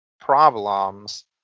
problems